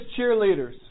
cheerleaders